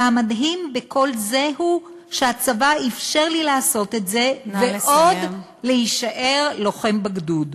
והמדהים בכל זה הוא שהצבא אפשר לי לעשות את זה ועוד להישאר לוחם בגדוד".